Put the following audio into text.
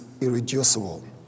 irreducible